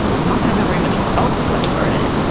is not going to have very much elfquest art in it,